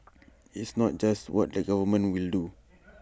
it's not just what the government will do